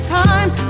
time